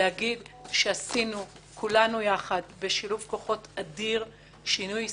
להגיד שעשינו כולנו יחד בשילוב כוחות אדיר שינוי היסטורי,